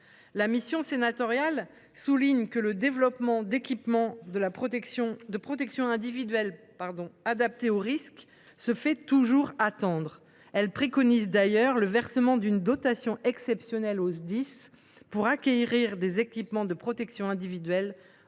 La mission sénatoriale souligne que « le développement d’équipements de protection individuelle adaptés aux risques se fait toujours attendre ». Elle préconise d’ailleurs le versement d’une dotation exceptionnelle aux Sdis pour acquérir des équipements de protection individuelle,